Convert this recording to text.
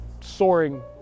soaring